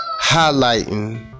Highlighting